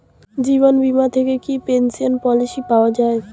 জীবন বীমা থেকে কি পেনশন পলিসি পাওয়া যায়?